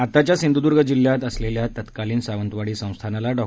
आताच्या सिंधूद्र्ग जिल्ह्यात असलेल्या तत्कालीन सावंतवाडी संस्थानला डॉ